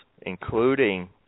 including